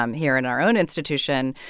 um here in our own institution,